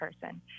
person